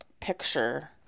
picture